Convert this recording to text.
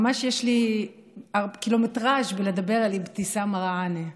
ממש יש לי קילומטרז' בלדבר על אבתיסאם מראענה.